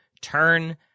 turn